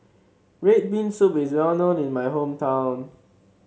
red bean soup is well known in my hometown